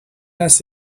است